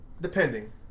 Depending